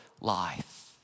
life